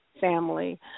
family